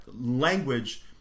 language